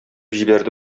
җибәрде